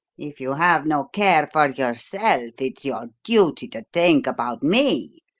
if you have no care for yourself, it's your duty to think about me.